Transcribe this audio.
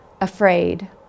afraid